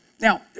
Now